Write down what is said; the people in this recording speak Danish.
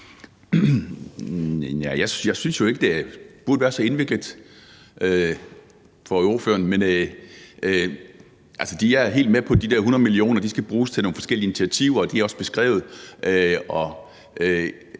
Jeg synes jo ikke, det burde være så indviklet for ordføreren. Altså, jeg er helt med på, at de der 100 mio. kr. skal bruges til nogle forskellige initiativer, og de er også beskrevet,